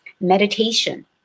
Meditation